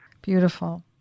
Beautiful